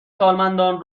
سالمندان